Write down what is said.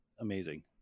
amazing